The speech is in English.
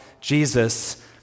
Jesus